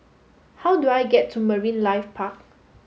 how do I get to Marine Life Park